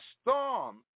storm